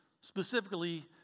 specifically